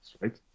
right